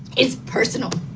is personal,